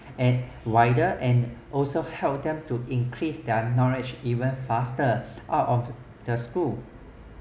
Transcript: and widen and also help them to increase their knowledge even faster out of the school